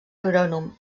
agrònom